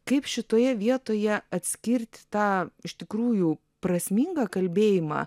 kaip šitoje vietoje atskirt tą iš tikrųjų prasmingą kalbėjimą